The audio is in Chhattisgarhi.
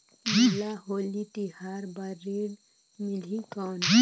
मोला होली तिहार बार ऋण मिलही कौन?